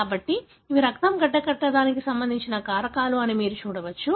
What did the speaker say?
కాబట్టి ఇవి రక్తం గడ్డకట్టడానికి సంబంధించిన కారకాలు అని మీరు చూడవచ్చు